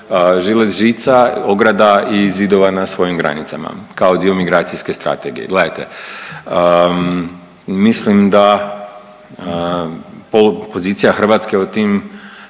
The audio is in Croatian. žilet žica, ograda i zidova na svojim granicama kao dio migracijske strategije. Gledajte mislim da pozicija Hrvatske u tim